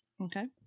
Okay